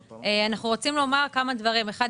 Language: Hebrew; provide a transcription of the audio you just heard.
ראשית,